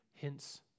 hence